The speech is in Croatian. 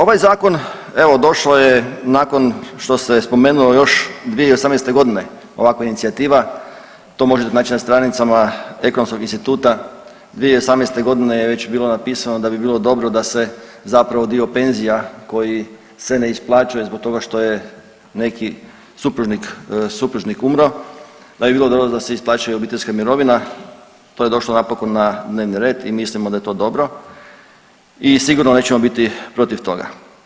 Ovaj Zakon, evo došao je nakon što se spomenuo još 2018. g. ovakva inicijativa, to možete naći na stranicama Ekonomskog instituta, 2018. g. je već bilo napisano da bi bilo dobro da se zapravo dio penzija koji se ne isplaćuje zbog toga što je neki supružnik umro, da bi bilo dobro da se isplaćuje obiteljska mirovina, to je došlo napokon na dnevni red i mislimo da je to dobro i sigurno nećemo biti protiv toga.